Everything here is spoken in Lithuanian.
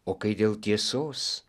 o kai dėl tiesos